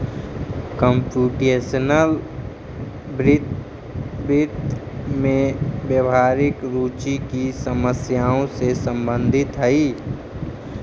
computational वित्त, वित्त में व्यावहारिक रुचि की समस्याओं से संबंधित हई